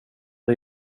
det